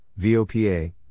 VOPA